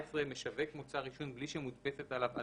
(14)משווק מוצר עישון בלי שמודפסת עליו אזהרה,